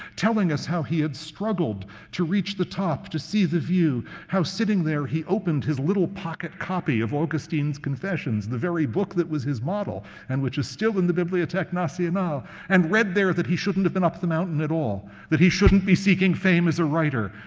telling us how he had struggled to reach the top, to see the view. how sitting there, he opened his little pocket copy of augustine's confessions, the very book that was his model, and which is still in the bibliotheque nationale, ah you know and read there that he shouldn't have been up the mountain at all, that he shouldn't be seeking fame as a writer,